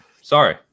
sorry